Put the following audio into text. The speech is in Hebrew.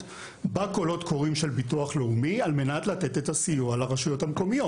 בקולות קוראים של ביטוח לאומי על מנת לתת את הסיוע לרשויות המקומיות.